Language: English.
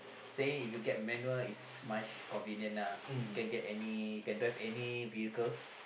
saying if you get manual is much convenient uh you can get any you can drive any vehicle